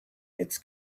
it’s